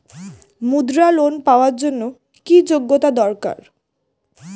মুদ্রা লোন পাওয়ার জন্য কি যোগ্যতা দরকার?